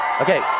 Okay